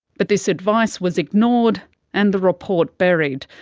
but this advice was ignored and the report buried.